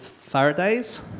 Faraday's